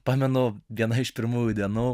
pamenu viena iš pirmųjų dienų